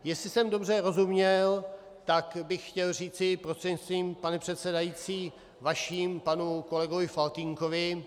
Jestli jsem dobře rozuměl, tak bych chtěl říci, prostřednictvím, pane předsedající, vaším k panu kolegovi Faltýnkovi.